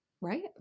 right